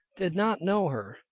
did not know her.